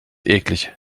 eklig